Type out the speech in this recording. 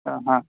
ಹಾಂ ಹಾಂ